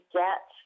get